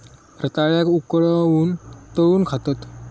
रताळ्याक उकळवून, तळून खातत